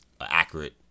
accurate